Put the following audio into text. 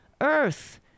Earth